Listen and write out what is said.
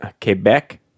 Quebec